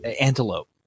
antelope